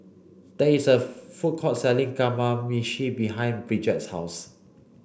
there is a food court selling Kamameshi behind Bridgette's house